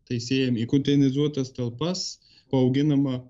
tai sėjam į kutenizuotas talpas auginama